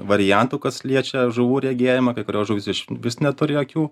variantų kas liečia žuvų regėjimą kai kurios žuvys išvis neturi akių